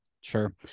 Sure